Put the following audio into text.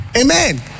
Amen